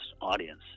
audience